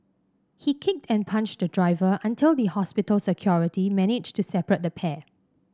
he kicked and punched the driver until the hospital security managed to separate the pair